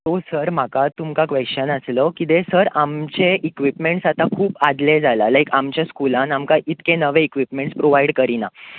so sir म्हाका तुमकां question आसलो कितें सर आमचें इकविपमेंट्स आतां खूब आदले जाला लायक एक आमच्या स्कुलांत आमकां इतके नवे इकविपमेंट्स प्रोवायड करीना